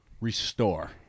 restore